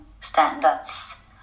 standards